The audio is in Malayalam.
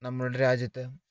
നമ്മളുടെ രാജ്യത്ത്